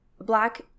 black